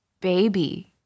baby